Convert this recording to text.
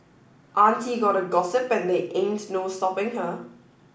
auntie gotta gossip and there ain't no stopping her